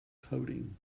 coding